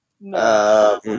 no